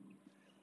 horse I think